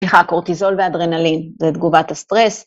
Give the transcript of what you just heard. הקורטיזול והאדרנלין, זה תגובת הסטרס.